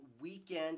weekend